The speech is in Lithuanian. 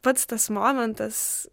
pats tas momentas